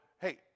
hey